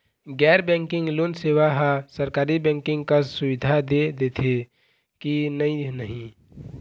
गैर banking loan सेवा हा सरकारी बैंकिंग कस सुविधा दे देथे कि नई नहीं?